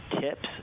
TIPS